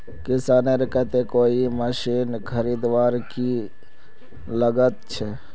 किसानेर केते कोई मशीन खरीदवार की लागत छे?